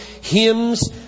Hymns